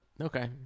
Okay